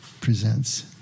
presents